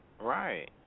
Right